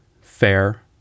fair